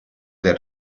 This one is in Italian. del